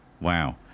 wow